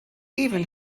even